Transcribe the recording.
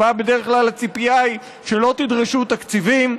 שבה בדרך כלל הציפייה היא שלא תדרשו תקציבים,